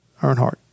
Earnhardt